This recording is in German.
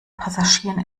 passagieren